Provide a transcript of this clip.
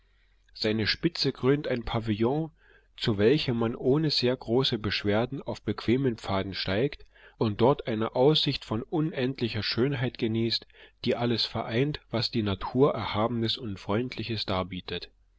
seine spitze krönt ein pavillon zu welchem man ohne sehr große beschwerden auf bequemen pfaden steigt und dort eine aussicht von unendlicher schönheit genießt die alles vereint was die natur erhabenes und freundliches darbietet